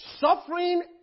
Suffering